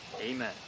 Amen